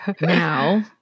Now